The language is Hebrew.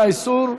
ביטול האיסור,